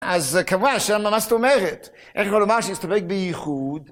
אז כמובן אפשר לאמר מה זאת אומרת, איך לא לאמר שהסתפק(?) בייחוד